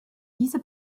diese